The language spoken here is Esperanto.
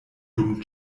dum